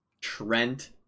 Trent